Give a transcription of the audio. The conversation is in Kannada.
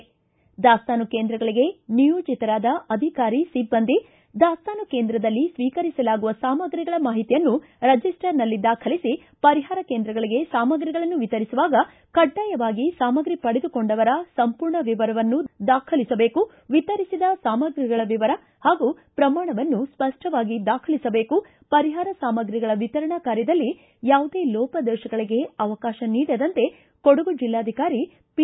ದಾಸ್ತಾನು ಕೇಂದ್ರಗಳಿಗೆ ನಿಯೋಜಿತರಾದ ಅಧಿಕಾರಿ ಸಿಬ್ಬಂದಿ ದಾಸ್ತಾನು ಕೇಂದ್ರದಲ್ಲಿ ಸ್ವೀಕರಿಸಲಾಗುವ ಸಾಮ್ರಿಗಳ ಮಾಹಿತಿಯನ್ನು ರಜಿಸ್ವರ್ನಲ್ಲಿ ದಾಖಲಿಖ ಪರಿಹಾರ ಕೇಂದ್ರಗಳಿಗೆ ಸಾಮಗ್ರಿಗಳನ್ನು ವಿತರಿಸುವಾಗ ಕಡ್ಡಾಯವಾಗಿ ಸಾಮಗ್ರಿ ಪಡೆದುಕೊಂಡವರ ಸಂಪೂರ್ಣ ವಿವರವನ್ನು ದಾಖಲಿಸಬೇಕು ವಿತರಿಸಿದ ಸಾಮಗ್ರಿಗಳ ವಿವರ ಹಾಗೂ ಪ್ರಮಾಣವನ್ನು ಸ್ಪಷ್ಟವಾಗಿ ದಾಖಲಿಸಬೇಕು ಪರಿಹಾರ ಸಾಮಗ್ರಿಗಳ ವಿತರಣಾ ಕಾರ್ಯದಲ್ಲಿ ಯಾವುದೇ ಲೋಪದೋಪಗಳಿಗೆ ಅವಕಾಶ ನೀಡದಂತೆ ಕೊಡಗು ಜಿಲ್ಲಾಧಿಕಾರಿ ಪಿ